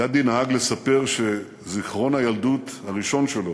גנדי נהג לספר שזיכרון הילדות הראשון שלו